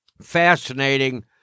Fascinating